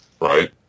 Right